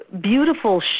beautiful